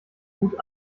gut